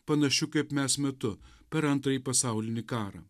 panašiu kaip mes metu per antrąjį pasaulinį karą